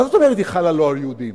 מה זאת אומרת, היא חלה לא על יהודים?